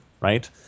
right